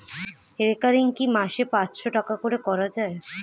Recurring কি মাসে পাঁচশ টাকা করে করা যায়?